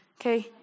Okay